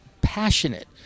passionate